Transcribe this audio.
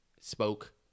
spoke